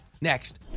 Next